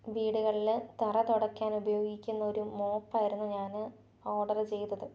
വീടുകളിൽ തറ തുടക്കാൻ ഉപയോഗിക്കുന്നൊരു മോപ്പായിരുന്നു ഞാൻ ഓഡർ ചെയ്തത്